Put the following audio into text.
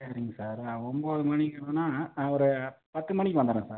சரிங்க சார் ஒன்போது மணிக்கு வேணால் ஒரு பத்துமணிக்கு வந்துடறேன் சார்